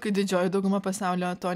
kai didžioji dauguma pasaulio to